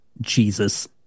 Jesus